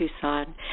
Tucson